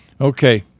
Okay